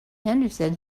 henderson